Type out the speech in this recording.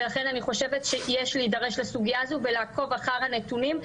ולכן אני חושבת שיש להידרש לסוגיה הזו ולעקוב אחר הנתונים.